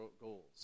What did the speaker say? goals